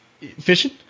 fishing